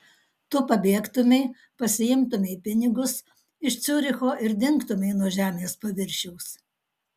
tu pabėgtumei pasiimtumei pinigus iš ciuricho ir dingtumei nuo žemės paviršiaus